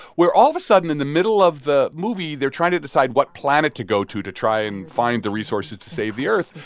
where all of a sudden, in the middle of the movie, they're trying to decide what planet to go to to try and find the resources to save the earth.